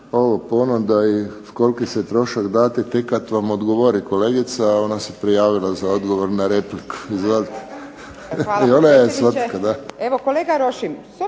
Ovo ponuda i koliki se trošak date tek kad vam odgovori kolegica, a ona se prijavila za odgovor na repliku. Izvolite. **Antičević